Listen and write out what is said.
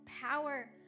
power